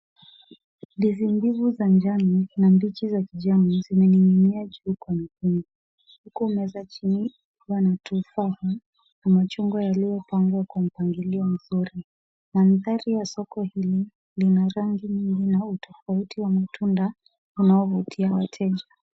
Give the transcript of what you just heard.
Ndizi mbivu za njano na mbichi za kijani zimening'inia juu kwa mkungu, huku meza chini ikiwa na tufaa na machungwa yaliyopangwa kwa mpangilio mzuri. Mandhari ya soko hili lina rangi nyingi, na utofauti wa matunda unaovutia wateja.